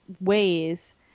ways